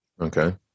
Okay